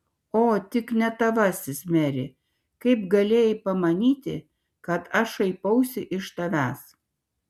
o tik ne tavasis meri kaip galėjai pamanyti kad aš šaipausi iš tavęs